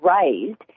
raised